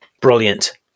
Brilliant